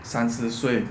三十岁